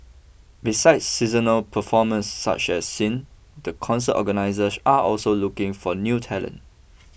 besides seasonal performers such as Sin the concert organisers are also looking for new talent